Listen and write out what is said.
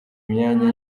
myanya